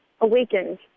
awakened